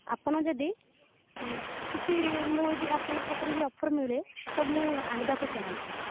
ଆପଣ ଯଦି କିଛି ମୁଁ ଯଦି ଆପଣଙ୍କ ପାଖରେ ଯଦି ଅଫର୍ ମିଳେ ତ ମୁଁ ଆଣିବାକୁ ଚାହୁଁଛି